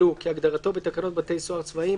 "כלוא" כהגדרתו בתקנות בתי סוהר צבאיים,